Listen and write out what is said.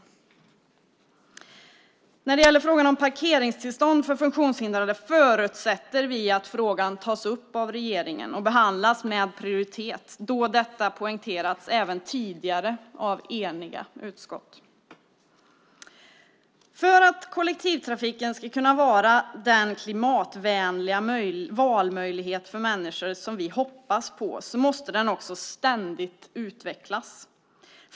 Vi förutsätter att frågan om parkeringstillstånd för funktionshindrade tas upp av regeringen och behandlas med prioritet eftersom detta har poängterats även tidigare av eniga utskott. För att kollektivtrafiken ska kunna vara den klimatvänliga valmöjlighet som vi hoppas på måste den ständigt utvecklas.